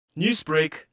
Newsbreak